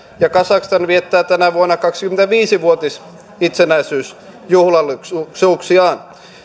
ja kazakstan viettää tänä vuonna kaksikymmentäviisi vuotisitsenäisyysjuhlallisuuksiaan